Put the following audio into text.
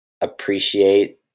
appreciate